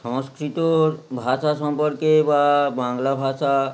সংস্কৃতর ভাষা সম্পর্কে বা বাংলা ভাষা